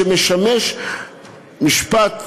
שמשמש משפט,